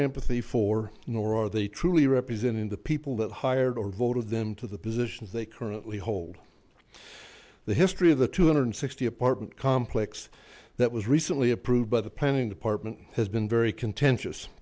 empathy for nor are they truly representing the people that hired or voted them to the positions they currently hold the history of the two hundred sixty apartment complex that was recently approved by the planning department has been very